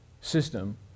system